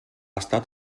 estat